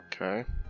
Okay